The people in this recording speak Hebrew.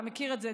אתה מכיר את זה,